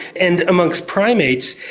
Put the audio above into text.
and amongst primates,